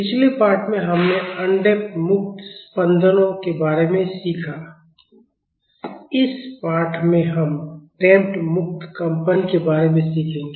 पिछले पाठ में हमने अनडैम्पड मुक्त स्पंदनों के बारे में सीखा इस पाठ में हम डैम्पड मुक्त कंपन के बारे में सीखेंगे